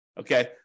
Okay